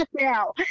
now